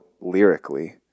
lyrically